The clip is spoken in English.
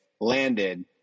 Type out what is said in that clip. landed